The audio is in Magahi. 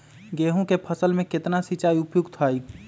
गेंहू के फसल में केतना सिंचाई उपयुक्त हाइ?